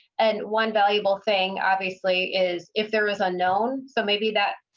and one valuable thing obviously is if there is unknown so maybe that.